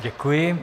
Děkuji.